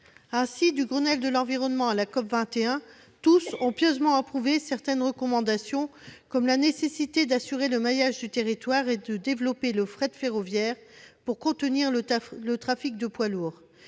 Ainsi, du Grenelle de l'environnement à la COP 21, tout le monde a pieusement approuvé certaines recommandations, par exemple assurer le maillage du territoire et développer le fret ferroviaire pour contenir le trafic de poids lourds,